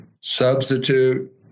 Substitute